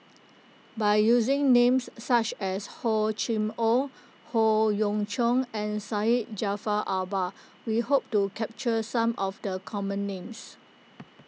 by using names such as Hor Chim or Howe Yoon Chong and Syed Jaafar Albar we hope to capture some of the common names